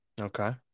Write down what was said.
Okay